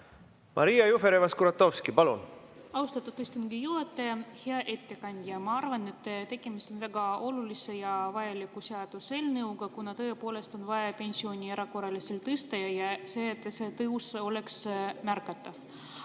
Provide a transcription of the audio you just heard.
Maria Jufereva-Skuratovski, palun! Austatud istungi juhataja! Hea ettekandja! Ma arvan, et tegemist on väga olulise ja vajaliku seaduseelnõuga, kuna tõepoolest on vaja pensione erakorraliselt tõsta ja oleks vaja, et see tõus oleks märgatav.